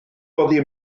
oddi